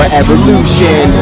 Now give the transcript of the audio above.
evolution